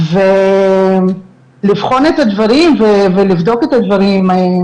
ולבחון את הדברים ולבדוק את הדברים.